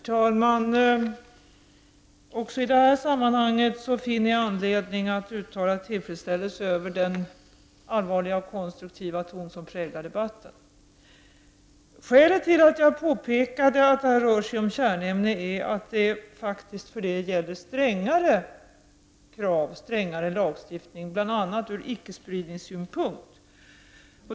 Herr talman! Också i detta sammanhang tycker jag att det finns anledning att uttala tillfredsställelse över den allvarliga och konstruktiva ton som präglar debatten. Skälet till att jag påpekade att det här rör sig om kärnämne är att det är strängare krav, en strängare lagstiftning, för sådant — bl.a. ur icke-spridningssynpunkt.